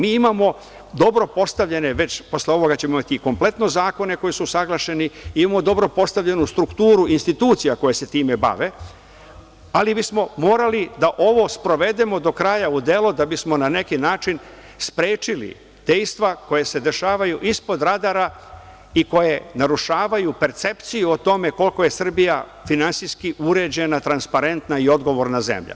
Mi imamo dobro postavljene, posle ovoga ćemo imati i kompletno zakone koji su usaglašeni, imamo dobro postavljenu strukturu institucija koje se time bave, ali bismo morali da ovo sprovedemo do kraja u delo da bismo na neki način sprečili dejstva koja se dešavaju ispod radara i koje narušavaju percepciju o tome koliko je Srbija finansijski uređena, transparentna i odgovorna zemlja.